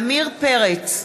עמיר פרץ,